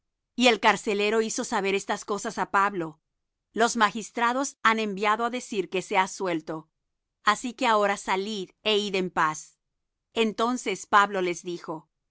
y el carcelero hizo saber estas palabras á pablo los magistrados han enviado á decir que seás sueltos así que ahora salid é id en paz entonces pablo les dijo